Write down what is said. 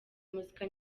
muzika